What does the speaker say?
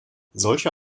solche